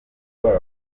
rwabo